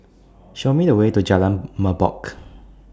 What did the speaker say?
Show Me The Way to Jalan Merbok